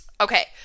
Okay